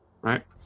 Right